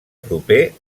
proper